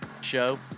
show